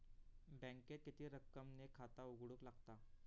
बँकेत किती रक्कम ने खाता उघडूक लागता?